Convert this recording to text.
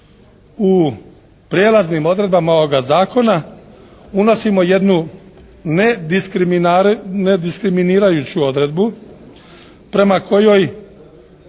u prijelaznim odredbama ovoga zakona unosimo jednu nediskriminirajuću odredbu prema kojoj